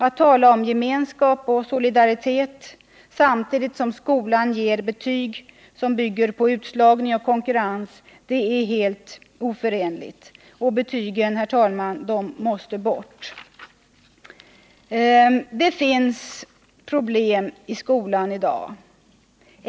Att tala om gemenskap och solidaritet samtidigt som skolan ger betyg som bygger på utslagning och konkurrens är helt oförenligt. Betygen måste bort. Det finns problem i skolan i dag.